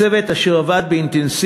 הצוות, אשר עבד באינטנסיביות,